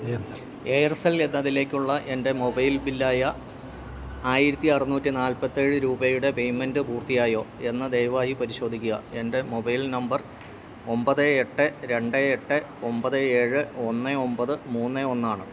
Aircel എന്നതിലേക്കുള്ള എൻ്റെ mobile ബില്ലായ ആയിരത്തിയറുന്നൂറ്റി നാൽപ്പത്തിയേഴ് രൂപയുടെ പേയ്മെൻറ്റ് പൂർത്തിയായോയെന്ന് ദയവായി പരിശോധിക്കുക എൻ്റെ മൊബൈൽ നമ്പർ ഒമ്പത് എട്ട് രണ്ട് എട്ട് ഒമ്പത് ഏഴ് ഒന്ന് ഒമ്പത് മൂന്ന് ഒന്നാണ്